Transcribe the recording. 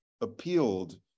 appealed